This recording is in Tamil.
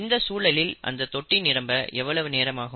இந்த சூழலில் அந்த தொட்டி நிரம்ப எவ்வளவு நேரம் ஆகும்